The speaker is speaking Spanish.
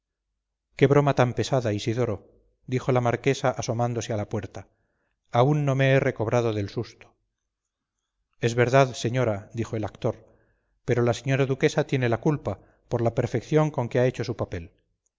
qué broma tan pesada isidoro dijo la marquesa asomándose a la puerta aún no me he recobrado del susto es verdad señora dijo el actor pero la señora duquesa tiene la culpa por la perfección con que ha hecho su papel